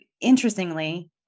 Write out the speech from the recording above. interestingly